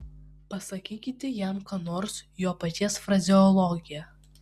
pasakykite jam ką nors jo paties frazeologija